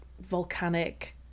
volcanic